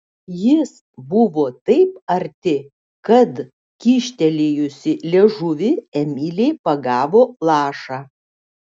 jis buvo taip arti kad kyštelėjusi liežuvį emilė pagavo lašą